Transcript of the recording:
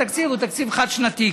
התקציב הוא תקציב חד-שנתי.